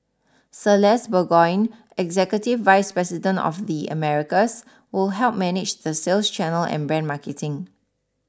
Celeste Burgoyne executive vice president of the Americas will help manage the sales channel and brand marketing